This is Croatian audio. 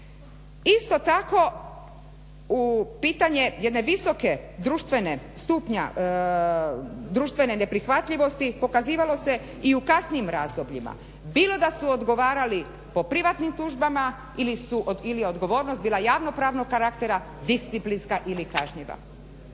Isto tako u pitanju jednog visokog stupnja jedne društvene neprihvatljivosti pokazivalo se i u kasnijim razdobljima bilo da su odgovarali po privatnim tužbama ili je odgovornost bila javno-pravnog karaktera, disciplinska ili kažnjiva.